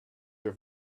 your